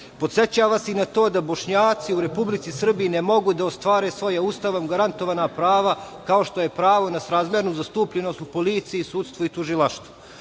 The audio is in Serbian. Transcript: vas i na to da Bošnjaci u Republici Srbiji ne mogu da ostvare svoja Ustavom garantovana prava kao što je pravo na srazmernu zastupljenost u policiji, sudstvu i tužilaštvu. Takođe,